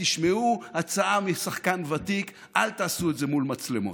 ותשמעו הצעה משחקן ותיק: אל תעשו את זה מול מצלמות.